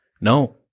No